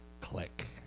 Click